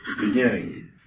beginning